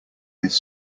this